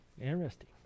Interesting